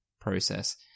process